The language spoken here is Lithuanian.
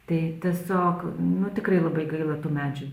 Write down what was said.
tai tiesiog nu tikrai labai gaila tų medžių